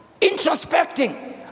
introspecting